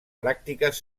pràctiques